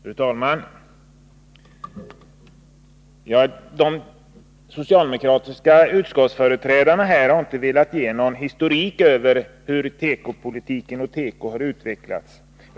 Fru talman! De socialdemokratiska utskottsföreträdarna har inte velat ge någon historik över tekopolitiken och tekoindustrins utveckling.